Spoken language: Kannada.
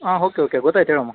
ಹಾಂ ಹೋಕೆ ಹೋಕೆ ಗೊತಾಯ್ತು ಹೇಳಮ್ಮ